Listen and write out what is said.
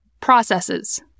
processes